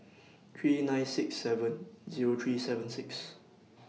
three nine six seven Zero three seven six